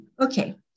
okay